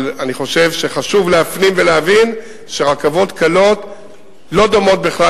אני חושב שחשוב להפנים ולהבין שרכבות קלות לא דומות בכלל